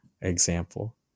example